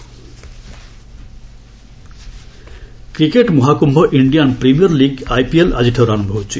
IPL cricket ମହାକୁ୍ୟ Indian premier league IPL ଆଜିଠାରୁ ଆରମ୍ଭ ହେଉଛି